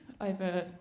over